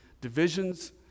divisions